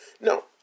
No